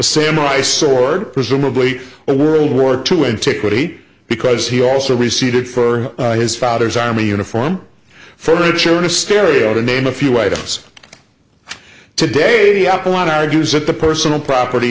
samurai sword presumably a world war two and to equate because he also receded for his father's army uniform for sure stereo to name a few items today apple argues that the personal property